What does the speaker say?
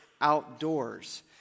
outdoors